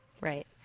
Right